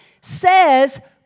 says